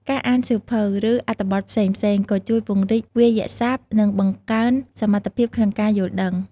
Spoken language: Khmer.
ការអានសៀវភៅ ឬអត្ថបទផ្សេងៗ ក៏ជួយពង្រីកវាក្យសព្ទ និងបង្កើនសមត្ថភាពក្នុងការយល់ដឹង។